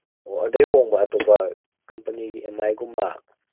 ꯑꯣ ꯑꯗꯩ ꯍꯣꯡꯕ ꯑꯇꯣꯞꯄ ꯀꯝꯄꯅꯤꯒꯤ ꯑꯦꯝ ꯃꯥꯏꯒꯨꯝꯕ